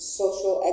social